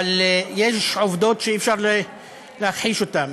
אבל יש עובדות שאי-אפשר להכחיש אותן,